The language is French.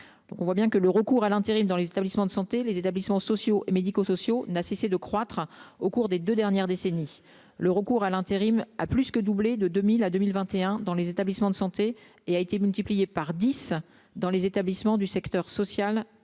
on voit bien que le recours à l'intérim dans les établissements de santé, les établissements sociaux et médico-sociaux n'a cessé de croître au cours des 2 dernières décennies, le recours à l'intérim, a plus que doublé de 2000 à 2021 dans les établissements de santé, et a été multiplié par 10 dans les établissements du secteur social et médico-social,